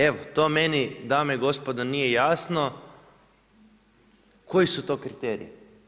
Evo, to meni dame i gospodo nije jasno, koji su to kriteriji.